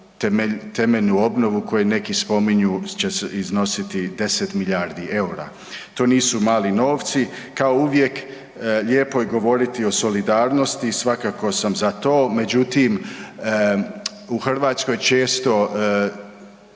temeljnu obnovu koji neki spominju će iznositi 10 milijardi eura. To nisu mali novci. Kao uvijek lijepo je govoriti o solidarnosti i svakako sam za to, međutim u Hrvatskoj često